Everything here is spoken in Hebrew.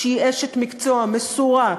שהיא אשת מקצוע מסורה,